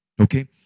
Okay